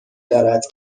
دارد